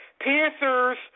Panthers